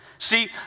See